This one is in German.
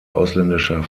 ausländischer